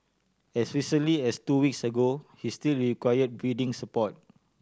as recently as two weeks ago he still required breathing support